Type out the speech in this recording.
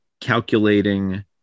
calculating